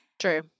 True